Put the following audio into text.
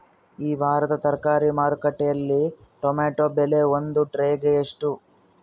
ಈ ವಾರದ ತರಕಾರಿ ಮಾರುಕಟ್ಟೆಯಲ್ಲಿ ಟೊಮೆಟೊ ಬೆಲೆ ಒಂದು ಟ್ರೈ ಗೆ ಎಷ್ಟು?